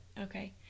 Okay